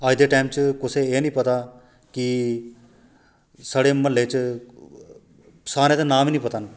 अज्ज दे टैम च कुसै गी एह् नेईं पता कि साढ़े महल्लै च सारें दे नांऽ बी पता नेईं न